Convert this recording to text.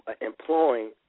employing